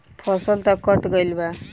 फसल तऽ कट गइल बा